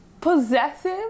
Possessive